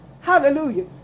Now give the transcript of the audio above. Hallelujah